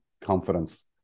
confidence